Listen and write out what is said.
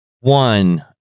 one